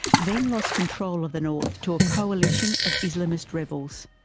then lost control of the north to a coalition of islamist rebels.